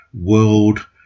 world